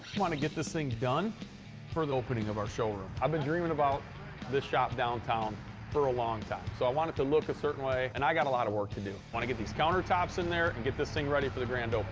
want to get this thing done for the opening of our showroom. i've been dreaming about this shop downtown for a long time, so i want it to look a certain way, and i got a lot of work to do. want to get these countertops in there and get this thing ready for the grand